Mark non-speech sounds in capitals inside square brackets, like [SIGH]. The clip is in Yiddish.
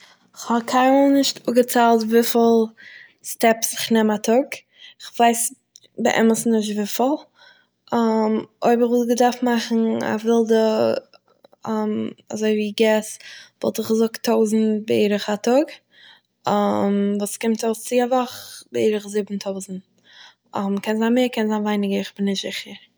כ'האב קיינמאל נישט אפגעציילט וויפיל סטעפס איך נעם א טאג, כ'ווייס באמת נישט וויפיל. [HESITATION] אויב איך וואלט געדארפט מאכן א ווילדע [HESITATION] אזויווי געסס, וואלט איך געזאגט טויזנט בערך א טאג, [HESITATION] וואס קומט אויס צו א וואך בערך זיבן טויזנט. [HESITATION] קען זיין מער - קען זיין ווייניגער, איך בין נישט זיכער